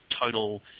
total